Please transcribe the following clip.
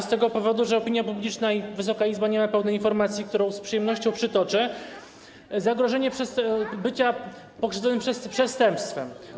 z tego powodu, że opinia publiczna i Wysoka Izba nie ma pewnej informacji, którą z przyjemnością przytoczę: zagrożenie bycia pokrzywdzonym przestępstwem.